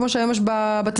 כמו שהיום יש בתזכיר,